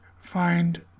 find